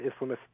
Islamists